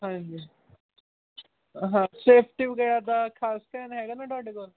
ਹਾਂਜੀ ਹਾਂ ਸੇਫਟੀ ਵਗੈਰਾ ਦਾ ਖਾਸ ਧਿਆਨ ਹੈਗਾ ਨਾ ਤੁਹਾਡੇ ਕੋਲ